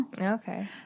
Okay